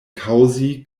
kaŭzi